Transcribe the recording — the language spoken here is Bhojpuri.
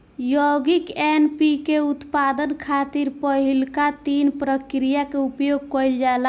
यौगिक एन.पी.के के उत्पादन खातिर पहिलका तीन प्रक्रिया के उपयोग कईल जाला